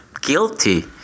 guilty